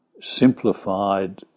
simplified